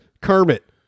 Kermit